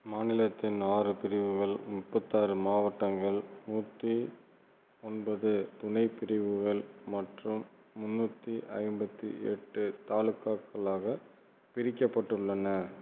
மாநிலத்தின் ஆறு பிரிவுகள் முப்பத்தாறு மாவட்டங்கள் நூற்றி ஒன்பது துணை பிரிவுகள் மற்றும் முன்னூற்றி ஐம்பத்தி எட்டு தாலுகாக்களாகப் பிரிக்கப்பட்டுள்ளன